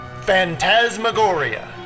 Phantasmagoria